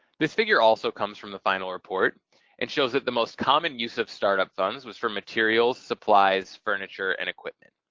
this figure also comes from the final report and shows that the most common use of startup funds was for materials, supplies, furniture, and equipment.